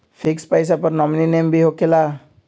Fix पईसा पर nominee name भी होकेला?